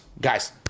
Guys